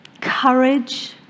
courage